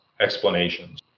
explanations